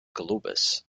globus